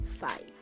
Five